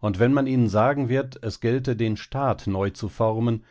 und wenn man ihnen sagen wird es gelte den staat neu zu formen